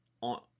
on